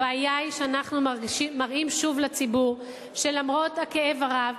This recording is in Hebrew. הבעיה היא שאנחנו מראים שוב לציבור שלמרות הכאב הרב,